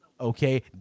okay